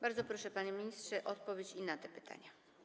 Bardzo proszę, panie ministrze, o odpowiedź i na te pytania.